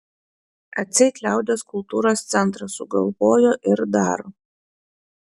atseit liaudies kultūros centras sugalvojo ir daro